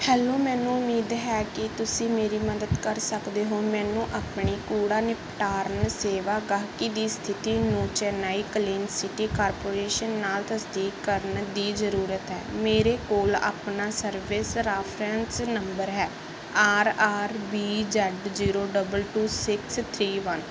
hello ਮੈਨੂੰ ਉਮੀਦ ਹੈ ਕਿ ਤੁਸੀਂ ਮੇਰੀ ਮਦਦ ਕਰ ਸਕਦੇ ਹੋ ਮੈਨੂੰ ਆਪਣੀ ਕੂੜਾ ਨਿਪਟਾਰਨ ਸੇਵਾ ਗਾਹਕੀ ਦੀ ਸਥਿਤੀ ਨੂੰ ਚੇਨਈ ਕਲੀਨ ਸਿਟੀ ਕਾਰਪੋਰੇਸ਼ਨ ਨਾਲ ਤਸਦੀਕ ਕਰਨ ਦੀ ਜ਼ਰੂਰਤ ਹੈ ਮੇਰੇ ਕੋਲ ਆਪਣਾ ਸਰਵਿਸ ਰੈਫਰੈਂਸ ਨੰਬਰ ਹੈ R R B Z zero double two six three one